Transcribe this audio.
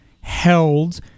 held